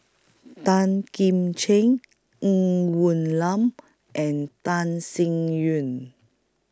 Tan Kim Ching Ng Woon Lam and Tan Sin